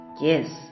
Yes